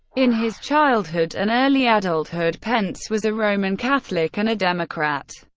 in his childhood and early adulthood, pence was a roman catholic and a democrat.